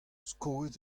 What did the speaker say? skoet